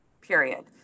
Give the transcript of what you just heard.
period